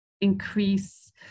increase